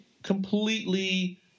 completely